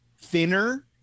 thinner